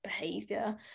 behavior